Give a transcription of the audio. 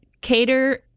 Cater